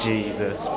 Jesus